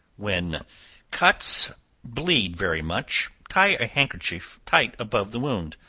when cuts bleed very much, tie a handkerchief tight above the wound,